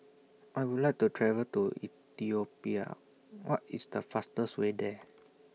I Would like to travel to Ethiopia What IS The fastest Way There